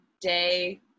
day